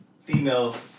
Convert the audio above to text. females